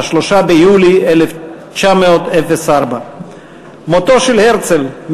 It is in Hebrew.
3 ביולי 1904. מותו של הרצל,